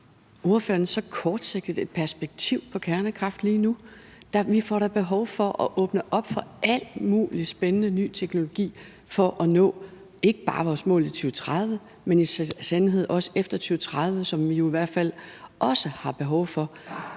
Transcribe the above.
ordføreren så kortsigtet et perspektiv på kernekraft lige nu? Vi får da behov for at åbne op for al mulig spændende ny teknologi for at nå ikke bare vores mål i 2030, men i sandhed også efter 2030, hvilket vi jo i hvert fald også har behov for.